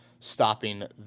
Stopping